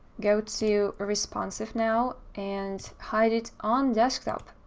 go to a responsive now and hide it on desktop.